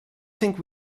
think